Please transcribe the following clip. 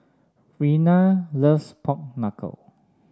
Rena loves Pork Knuckle